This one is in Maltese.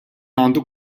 għandu